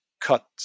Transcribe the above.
cut